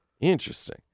interesting